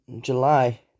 July